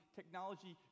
technology